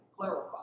clarify